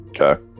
okay